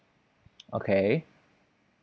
okay